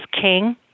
king